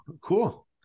cool